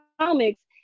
comics